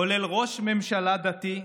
כולל ראש ממשלה דתי,